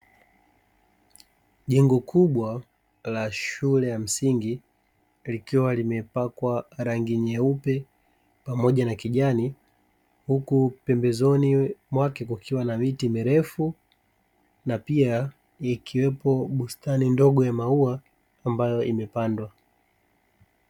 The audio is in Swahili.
Jengo kubwa la shule ya msingi likiwa limepakwa rangi nyeupe pamoja na kijani huku pembezoni mwake kukiwa na miti mirefu na pia ikiwepo bustani ndogo ya maua ambayo imepandwa.